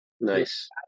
nice